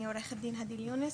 אני עורכת דיון הדיל יונס